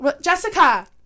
Jessica